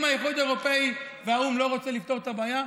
אם האיחוד האירופי והאו"ם לא רוצים לפתור את הבעיה,